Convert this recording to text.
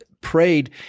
prayed